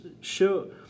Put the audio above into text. show